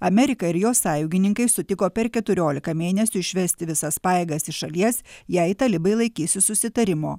amerika ir jo sąjungininkai sutiko per keturiolika mėnesių išvesti visas pajėgas iš šalies jei talibai laikysis susitarimo